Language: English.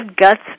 Guts